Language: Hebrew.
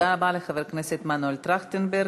תודה רבה לחבר הכנסת מנואל טרכטנברג.